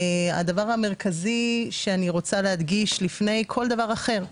הדבר המרכזי שאני רוצה להדגיש לפני כל דבר אחר,